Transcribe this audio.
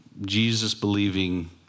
Jesus-believing